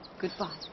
Goodbye